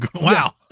Wow